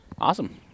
Awesome